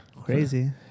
Crazy